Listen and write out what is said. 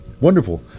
Wonderful